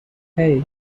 hey